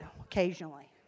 occasionally